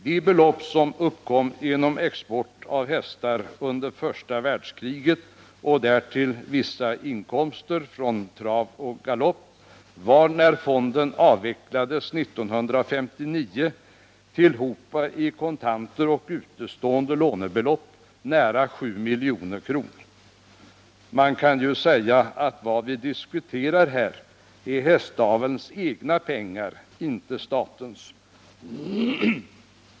De belopp som vi fick genom export av hästar under första världskriget liksom vissa inkomster av trav och galopp uppgick när fonden avvecklades 1959 i kontanter och utestående lånebelopp till sammantaget nära 7 milj.kr. Man kan ju säga att vad vi här diskuterar är hästavelns egna pengar, inte statens.